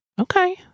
okay